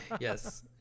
yes